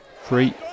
three